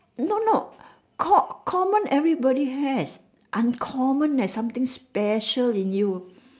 no no co~ common everybody has uncommon eh there's something special in you